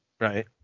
Right